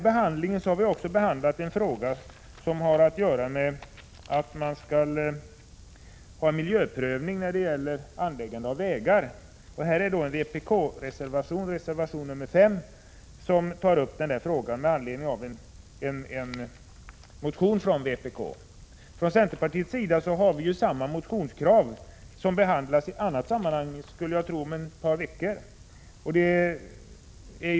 Vi har också behandlat frågan om miljöprövning vid anläggning av vägar. I vpk-reservationen 5 tar man upp den frågan, med anledning av en motion från vpk. Från centerpartiets sida har vi samma motionskrav, som jag tror kommer att behandlas om ett par veckor i annat sammanhang.